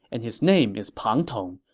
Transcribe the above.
and his name is pang tong.